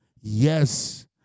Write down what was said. Yes